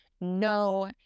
no